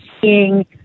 seeing